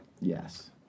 Yes